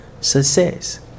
success